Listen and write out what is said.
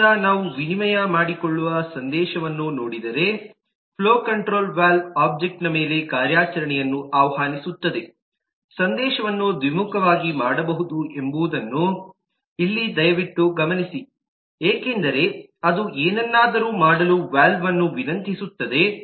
ಆದ್ದರಿಂದ ನಾವು ವಿನಿಮಯ ಮಾಡಿಕೊಳ್ಳುವ ಸಂದೇಶಗಳನ್ನು ನೋಡಿದರೆ ಫ್ಲೋ ಕಂಟ್ರೋಲ್ ವಾಲ್ವ್ ಒಬ್ಜೆಕ್ಟ್ನ ಮೇಲೆ ಕಾರ್ಯಾಚರಣೆಯನ್ನು ಆಹ್ವಾನಿಸುತ್ತದೆ ಸಂದೇಶವನ್ನು ದ್ವಿಮುಖವಾಗಿ ಮಾಡಬಹುದು ಎಂಬುದನ್ನು ಇಲ್ಲಿ ದಯವಿಟ್ಟು ಗಮನಿಸಿ ಏಕೆಂದರೆ ಅದು ಏನನ್ನಾದರೂ ಮಾಡಲು ವಾಲ್ವ್ಅನ್ನು ವಿನಂತಿಸುತ್ತಿದೆ